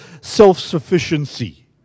self-sufficiency